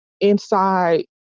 inside